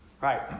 right